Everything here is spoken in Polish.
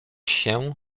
się